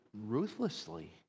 ruthlessly